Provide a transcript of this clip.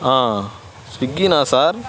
స్విగ్గినా sir